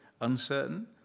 uncertain